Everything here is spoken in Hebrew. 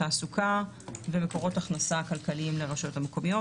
תעסוקה ומקורות הכנסה כלכליים לרשויות המקומיות,